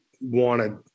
wanted